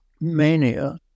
mania